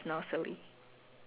okay